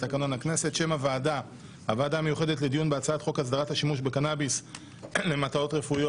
הקמת ועדה מיוחדת לדיון בהצעת חוק הסדרת השימוש בקנאביס למטרות רפואיות,